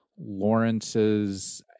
Lawrence's